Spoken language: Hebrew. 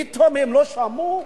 פתאום הם לא שמעו?